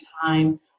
time